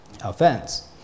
offense